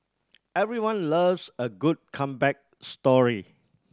everyone loves a good comeback story